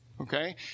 Okay